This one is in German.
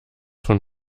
von